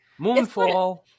Moonfall